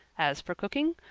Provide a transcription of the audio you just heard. as for cooking,